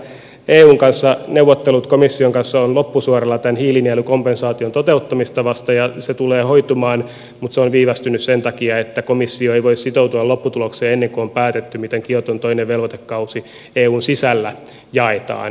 eun kanssa neuvottelut komission kanssa ovat loppusuoralla tämän hiilinielukompensaation toteuttamista vasten ja se tulee hoitumaan mutta se on viivästynyt sen takia että komissio ei voi sitoutua lopputulokseen ennen kuin on päätetty miten kioton toinen velvoitekausi eun sisällä jaetaan